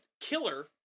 killer